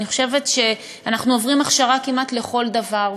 אני חושבת שאנחנו עוברים הכשרה כמעט לכל דבר.